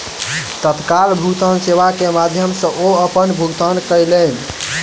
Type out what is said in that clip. तत्काल भुगतान सेवा के माध्यम सॅ ओ अपन भुगतान कयलैन